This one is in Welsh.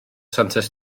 santes